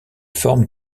forme